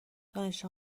دانش